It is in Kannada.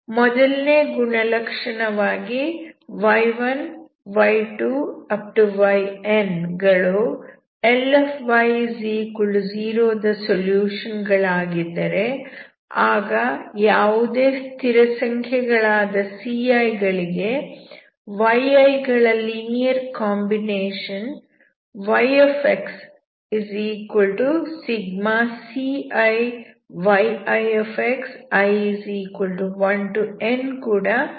ಮೊದಲನೇ ಲಕ್ಷಣವಾಗಿ y1 y2 yn ಗಳು Ly0 ದ ಸೊಲ್ಯೂಷನ್ ಗಳಾಗಿದ್ದರೆ ಆಗ ಯಾವುದೇ ಸ್ಥಿರ ಸಂಖ್ಯೆಗಳಾದ ci ಗಳಿಗೆ yi ಗಳ ಲೀನಿಯರ್ ಕಾಂಬಿನೇಷನ್ yxi1nciyi ಕೂಡ ಒಂದು ಸೊಲ್ಯೂಷನ್ ಆಗಿರುತ್ತದೆ